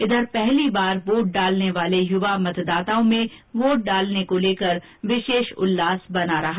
इधर पहली बार वोट डालने वाले युवा मतदाताओं में वोट डालने को लेकर विशेष उल्लास बना रहा